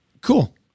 cool